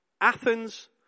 Athens